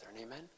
amen